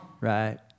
Right